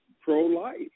pro-life